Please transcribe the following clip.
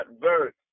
verse